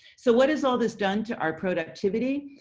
so what is all this done to our productivity.